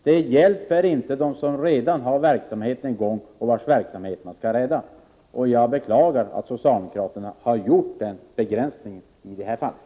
Det hjälper inte dem som redan har en verksamhet i gång, en verksamhet som skall räddas. Jag beklagar att socialdemokraterna har gjort denna begränsning i det här fallet.